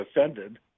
offended